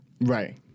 right